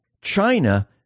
China